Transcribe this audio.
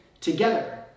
together